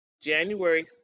January